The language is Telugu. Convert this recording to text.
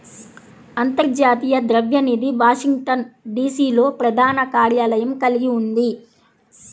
అంతర్జాతీయ ద్రవ్య నిధి వాషింగ్టన్, డి.సి.లో ప్రధాన కార్యాలయం కలిగి ఉంది